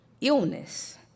illness